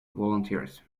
volunteers